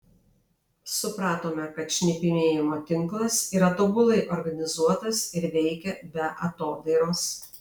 supratome kad šnipinėjimo tinklas yra tobulai organizuotas ir veikia be atodairos